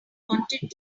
wanted